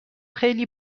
خیلی